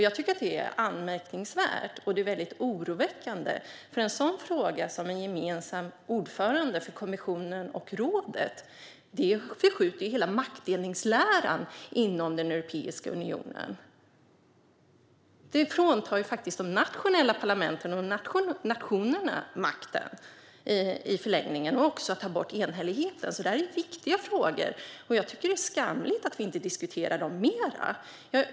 Jag tycker att det är anmärkningsvärt och väldigt oroväckande. En sådan fråga om en gemensam ordförande för kommissionen och rådet förskjuter hela maktdelningsläran inom Europeiska unionen. Det fråntar de nationella parlamenten och nationerna makten i förlängningen. Det gäller också frågan om att bort enhälligheten. Det är viktiga frågor. Jag tycker att det är skamligt att vi inte diskuterar dem mer.